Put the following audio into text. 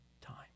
time